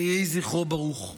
יהי זכרו ברוך.